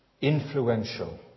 influential